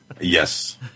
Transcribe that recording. Yes